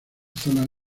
zonas